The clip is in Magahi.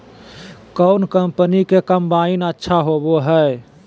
कौन कंपनी के कम्बाइन अच्छा होबो हइ?